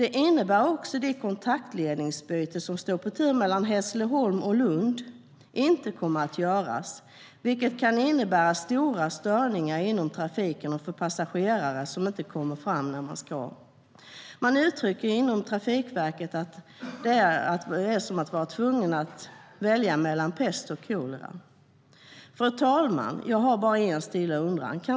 Det innebär också att de kontaktledningsbyten som står på tur mellan Hässleholm och Lund inte kommer att ske, vilket kan medföra stora störningar för godstrafiken och för passagerare som inte kommer fram när de ska. Inom Trafikverket säger man att det är som att vara tvungen att välja mellan pest och kolera. Fru talman! Jag har en stilla undran.